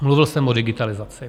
Mluvil jsem o digitalizaci.